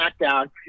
SmackDown